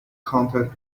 counted